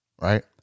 Right